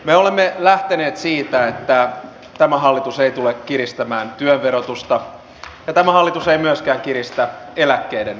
me olemme lähteneet siitä että tämä hallitus ei tule kiristämään työn verotusta ja tämä hallitus ei myöskään kiristä eläkkeiden verotusta